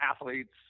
athletes